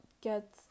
get